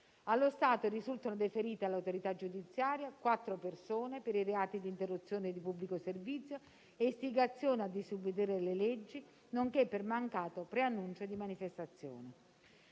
Allo stato risultano deferite all'autorità giudiziaria quattro persone per i reati di interruzione di pubblico servizio e istigazione a disobbedire alle leggi, nonché per mancato preannuncio di manifestazione.